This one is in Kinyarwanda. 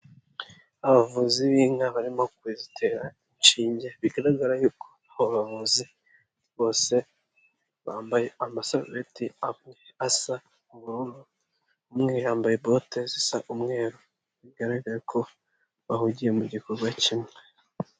Abavuzi b'inka barimo kuzitera inshinge, bigaragara yuko aba bavuzi bose bambaye amasarubeti asa ubururu, umwe yambaye bote zisa umweru. Bigaragare ko bahugiye mu gikorwa kimwe.